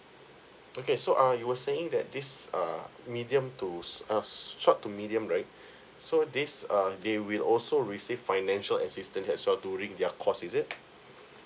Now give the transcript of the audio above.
okay so uh you were saying that this err medium to s~ uh short to medium right so this uh they will also receive financial assistance as well during their course is it